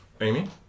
Amy